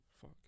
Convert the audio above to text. fuck